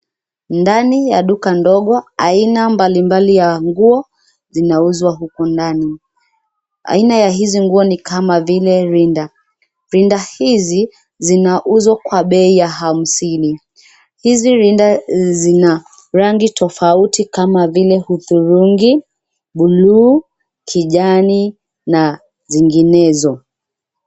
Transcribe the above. Ndani ya duka ndogo aina mbalimbali ya nguo zinauzwa huku ndani, aina ya hizi nguo ni kama vile rinda. Rinda hizi zinauzwa kwa bei ya hamsini. Hizi rinda zina rangi tofauti kama vile hudhurungi, buluu kijani na zinginezo.